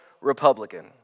Republican